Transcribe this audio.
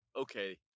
Okay